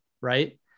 right